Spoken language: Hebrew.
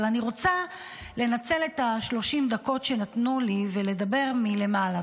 אבל אני רוצה לנצל את 30 הדקות שנתנו לי ולדבר מלמעלה,